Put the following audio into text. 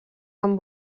amb